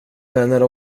vänner